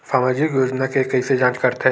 सामाजिक योजना के कइसे जांच करथे?